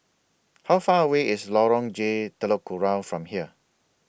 How Far away IS Lorong J Telok Kurau from here